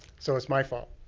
so, it's my fault.